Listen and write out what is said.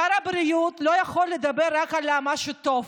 שר הבריאות לא יכול לדבר רק על מה שטוב,